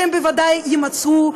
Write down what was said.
שהם בוודאי יימצאו,